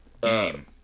Game